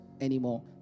anymore